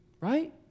Right